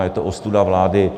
Je to ostuda vlády.